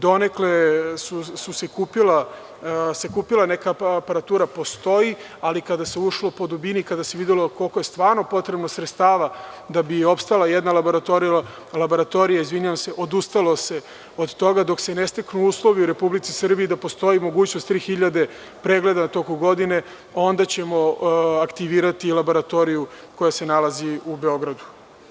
Donekle se kupila neka aparatura, ona postoji, ali kada se ušlo po dubini, kada se videlo koliko je stvarno potrebno sredstava da bi opstala jedna laboratorija, onda se odustalo od toga dok se ne steknu uslovi u Republici Srbiji da postoji mogućnost 3.000 pregleda u toku godine, onda ćemo aktivirati laboratoriju koja se nalazi u Beogradu.